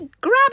grab